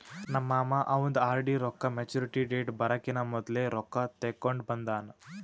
ನಮ್ ಮಾಮಾ ಅವಂದ್ ಆರ್.ಡಿ ರೊಕ್ಕಾ ಮ್ಯಚುರಿಟಿ ಡೇಟ್ ಬರಕಿನಾ ಮೊದ್ಲೆ ರೊಕ್ಕಾ ತೆಕ್ಕೊಂಡ್ ಬಂದಾನ್